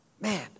man